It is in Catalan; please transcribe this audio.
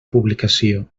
publicació